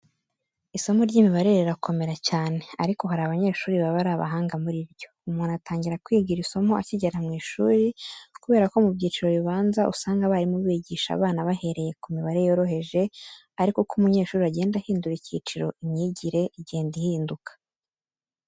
Isomo ry'imibare rirakomera cyane ariko hari abanyeshuri baba ari abahanga muri ryo. Umuntu atangira kwiga iri somo akigera mu ishuri kubera ko mu byiciro bibanza usanga abarimu bigisha abana bahereye ku mibare yoroheje ariko uko umunyeshuri agenda ahindura icyiciro imyigire igenda ihinduka.